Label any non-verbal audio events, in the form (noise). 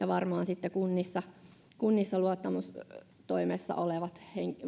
(unintelligible) varmaan kunnissa kunnissa luottamustoimessa olevat